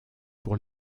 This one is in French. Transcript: pour